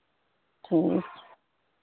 ठीक